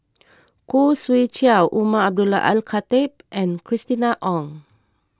Khoo Swee Chiow Umar Abdullah Al Khatib and Christina Ong